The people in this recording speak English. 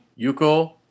Yuko